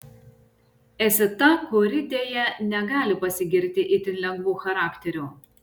esi ta kuri deja negali pasigirti itin lengvu charakteriu